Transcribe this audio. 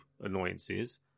annoyances